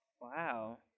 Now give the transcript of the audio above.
Wow